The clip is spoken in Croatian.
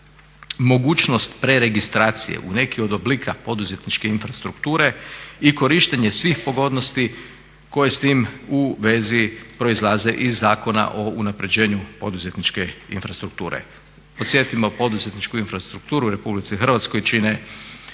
mogućnost preregistracije u neki od oblika poduzetničke infrastrukture i korištenje svih pogodnosti koje s tim u vezi proizlaze iz Zakona o unapređenju poduzetničke infrastrukture. Podsjetimo, poduzetničku infrastrukturu u Republici Hrvatskoj čine